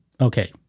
Okay